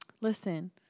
listen